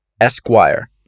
Esquire